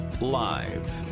Live